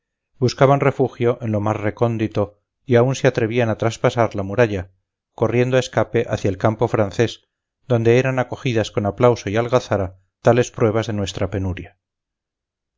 buscaban refugio en lo más recóndito y aún se atrevían a traspasar la muralla corriendo a escape hacia el campo francés donde eran acogidas con aplauso y algazara tales pruebas de nuestra penuria